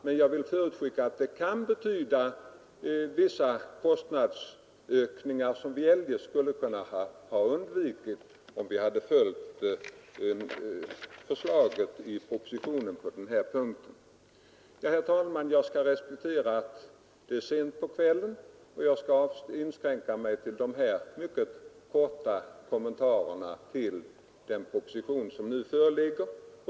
Men jag vill förutskicka att det kan betyda vissa kostnadsökningar som vi kunde ha undvikit om vi hade följt propositionens förslag på denna punkt. Herr talman! Jag skall respektera att det är sent på kvällen och inskränka mig till de här mycket korta kommentarerna till den proposition som föreligger.